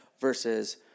versus